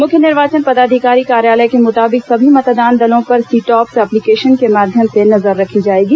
मुख्य निर्वाचन पदाधिकारी कार्यालय के मुताबिक सभी मतदान दलों पर सी टॉप्स एप्लीकेशन के माध्यम से नजर रखी जाएगी